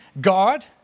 God